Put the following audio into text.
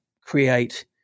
create